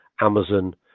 amazon